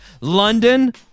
London